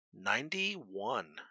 Ninety-one